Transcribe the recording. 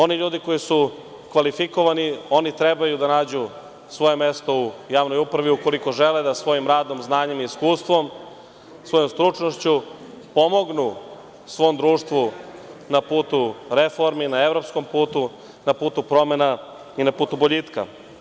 Oni ljudi koji su kvalifikovani, oni treba da nađu svoje mesto u javnoj upravi, ukoliko žele da svojim radom, znanjem i iskustvom, svojom stručnošću, pomognu svom društvu na putu reformi, na evropskom putu, na putu promena i na putu boljitka.